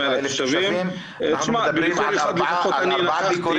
אנחנו מדברים על 4 ביקורים.